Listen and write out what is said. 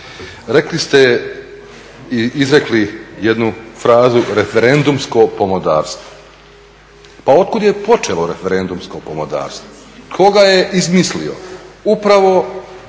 rekli ste i izrekli jednu frazu, referendumsko pomodarstvo. Pa otkud je počelo referendumsko pomodarstvo? Tko ga je izmislio? Upravo